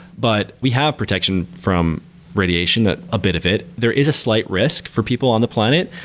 but we have protection from radiation, a bit of it. there is a slight risk for people on the planet,